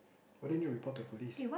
why didn't you report to the police